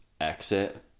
exit